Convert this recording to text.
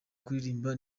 kuririmba